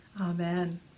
amen